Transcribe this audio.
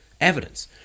evidence